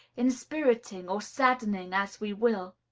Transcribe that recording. inspiriting or saddening, as we will.